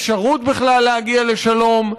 אין אפשרות בכלל להגיע לשלום,